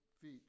feet